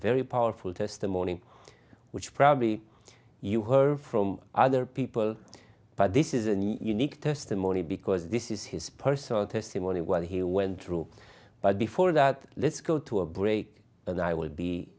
very powerful testimony which probably you heard from other people but this isn't unique testimony because this is his personal testimony what he went through but before that let's go to a break and i will be